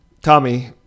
Tommy